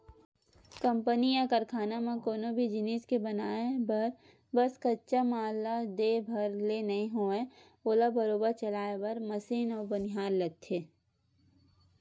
company या कारखाना म कोनो भी जिनिस के बनाय बर बस कच्चा माल ला दे भर ले नइ होवय ओला बरोबर चलाय बर मसीन अउ बनिहार लगथे